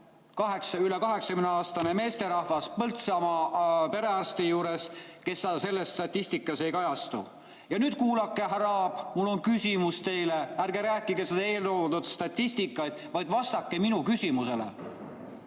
üle 80-aastane meesterahvas Põltsamaa perearsti juures, kes selles statistikas ei kajastu. Nüüd kuulake, härra Aab. Mul on küsimus teile. Ärge rääkige sellest eeltoodud statistikast, vaid vastake minu küsimusele.